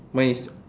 mine is